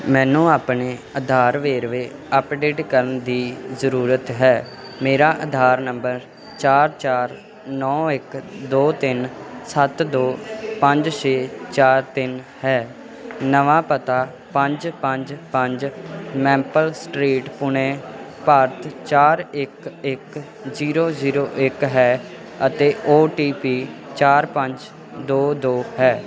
ਮੈਨੂੰ ਆਪਣੇ ਆਧਾਰ ਵੇਰਵੇ ਅੱਪਡੇਟ ਕਰਨ ਦੀ ਜ਼ਰੂਰਤ ਹੈ ਮੇਰਾ ਆਧਾਰ ਨੰਬਰ ਚਾਰ ਚਾਰ ਨੌਂ ਇੱਕ ਦੋ ਤਿੰਨ ਸੱਤ ਦੋ ਪੰਜ ਛੇ ਚਾਰ ਤਿੰਨ ਹੈ ਨਵਾਂ ਪਤਾ ਪੰਜ ਪੰਜ ਪੰਜ ਮੈਪਲ ਸਟ੍ਰੀਟ ਪੁਣੇ ਭਾਰਤ ਚਾਰ ਇੱਕ ਇੱਕ ਜ਼ੀਰੋ ਜ਼ੀਰੋ ਇੱਕ ਹੈ ਅਤੇ ਓ ਟੀ ਪੀ ਚਾਰ ਪੰਜ ਦੋ ਦੋ ਹੈ